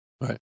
Right